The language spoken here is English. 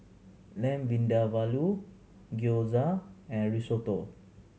Lamb Vindaloo Gyoza and Risotto